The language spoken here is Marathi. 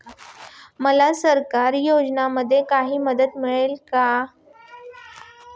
मला सरकारी योजनेमध्ये काही मदत मिळेल का?